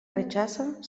rechaza